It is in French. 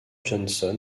johnson